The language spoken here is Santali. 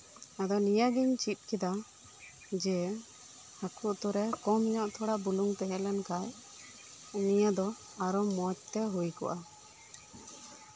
ᱟᱫᱚ ᱱᱤᱭᱟᱹ ᱜᱤᱧ ᱪᱮᱫ ᱠᱮᱫᱟ ᱡᱮ ᱦᱟᱹᱠᱩ ᱩᱛᱩᱨᱮ ᱠᱚᱢ ᱧᱚᱜ ᱛᱷᱚᱲᱟ ᱵᱩᱞᱩᱝ ᱛᱟᱦᱮᱸ ᱞᱮᱱ ᱠᱷᱟᱱ ᱱᱤᱭᱟᱹ ᱫᱚ ᱟᱨᱦᱚᱸ ᱢᱚᱸᱡᱽ ᱛᱮ ᱦᱩᱭ ᱠᱚᱜᱼᱟ